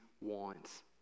wants